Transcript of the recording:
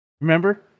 Remember